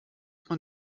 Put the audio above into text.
man